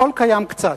הכול קיים קצת,